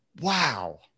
Wow